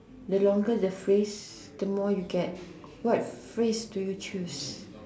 the longer the phrase the more you get what phrase do you choose